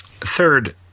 Third